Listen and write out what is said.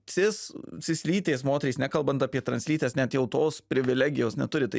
cis cislytės moterys nekalbant apie translytes net jau tos privilegijos neturi tai